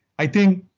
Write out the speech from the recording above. i think,